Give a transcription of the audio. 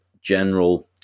General